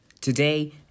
Today